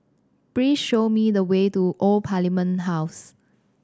please show me the way to Old Parliament House